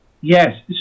Yes